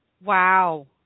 Wow